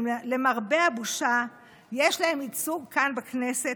שלמרבה הבושה יש להם ייצוג כאן בכנסת,